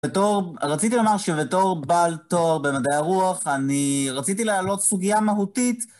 בתור... רציתי לומר שבתור בעל תואר במדעי הרוח אני רציתי להעלות סוגיה מהותית